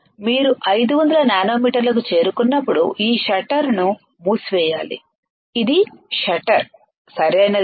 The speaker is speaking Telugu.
మీరు 500 నానోమీటర్లకు చేరుకున్నప్పుడు ఈ షట్టర్ ను మూసివేయాలి ఇది షట్టర్ సరైనదేనా